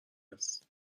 هست